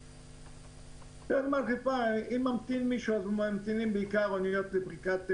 אם מישהו ממתין אז זה בעיקר אוניות לפריקת ברזל.